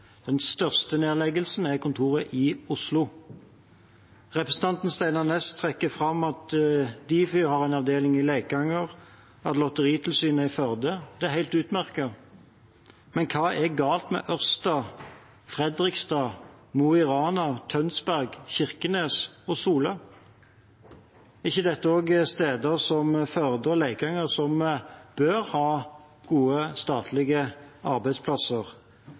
Den største nedleggelsen gjelder kontoret i Oslo. Representanten Steinar Ness trekker fram at Difi har en avdeling i Leikanger og at Lotteritilsynet er i Førde. Det er helt utmerket. Men hva er galt med Ørsta, Fredrikstad, Mo i Rana, Tønsberg, Kirkenes og Sola? Er ikke dette også steder som bør ha gode statlige arbeidsplasser,